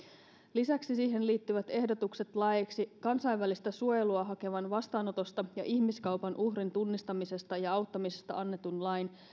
lisäksi siihen liittyvät ehdotukset laeiksi kansainvälistä suojelua hakevan vastaanotosta ja ihmiskaupan uhrin tunnistamisesta ja auttamisesta annetun lain